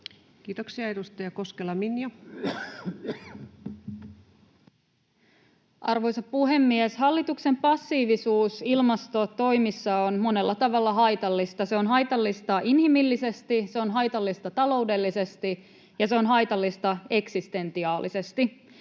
Kiitoksia. — Edustaja Koskela, Minja. Arvoisa puhemies! Hallituksen passiivisuus ilmastotoimissa on monella tavalla haitallista. Se on haitallista inhimillisesti, se on haitallista taloudellisesti ja se on haitallista eksistentiaalisesti.